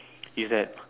is that